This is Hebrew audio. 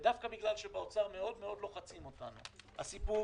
ודווקא שבאוצר מאוד מאוד לוחצים אותנו: הסיפור